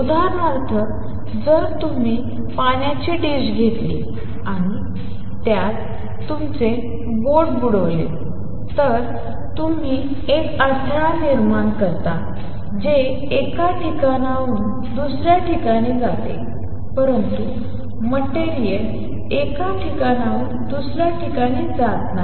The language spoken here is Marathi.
उदाहरणार्थ जर तुम्ही पाण्याची डिश घेतली आणि त्यात तुमचे बोट बुडवले तर तुम्ही एक अडथळा निर्माण करता जे एका ठिकाणाहून दुसऱ्या ठिकाणी जाते परंतु मटेरियल एका ठिकाणाहून दुसऱ्या ठिकाणी जात नाही